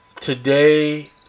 today